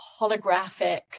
holographic